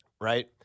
right